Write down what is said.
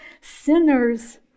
sinners